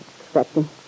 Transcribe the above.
expecting